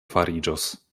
fariĝos